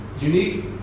Unique